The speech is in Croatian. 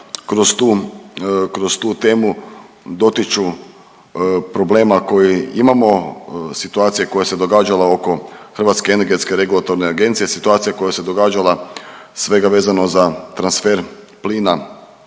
kroz tu temu dotiču problema koji imamo, situacije koja se događala oko Hrvatske energetske regulatorne agencije, situacija koja se događala svega vezano za transfer plina